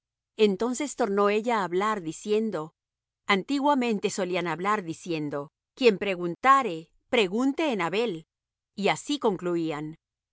entonces tornó ella á hablar diciendo antiguamente solían hablar diciendo quien preguntare pregunte en abel y así concluían